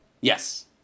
Yes